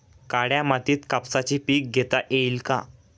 काळ्या मातीत कापसाचे पीक घेता येईल का?